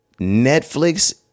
Netflix